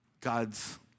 God's